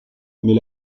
mais